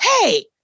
hey